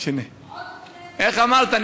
איך אמרת?